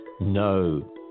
No